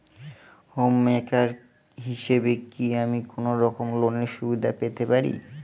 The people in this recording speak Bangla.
হোম মেকার হিসেবে কি আমি কোনো রকম লোনের সুবিধা পেতে পারি?